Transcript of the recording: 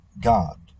god